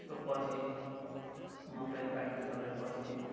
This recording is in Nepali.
त्यसको पछि मकै पाकिसकेपछि